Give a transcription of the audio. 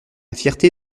fierté